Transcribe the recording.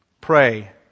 Pray